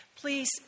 please